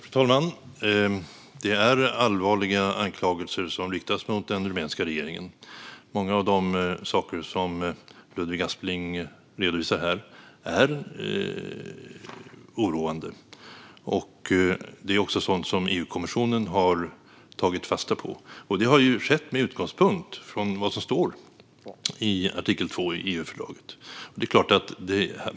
Fru talman! Det är allvarliga anklagelser som riktas mot den rumänska regeringen. Många av de saker som Ludvig Aspling redovisar här är oroande. Det är också sådant som EU-kommissionen har tagit fasta på. Det har skett med utgångspunkt från vad som står i artikel 2 i EU-fördraget.